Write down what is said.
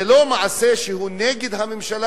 זה לא מעשה שהוא נגד הממשלה.